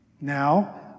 now